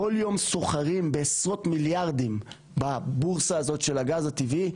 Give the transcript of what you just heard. כל יום סוחרים בעשרות מיליארדים בבורסה הזאת של הגז הטבעי.